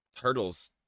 turtles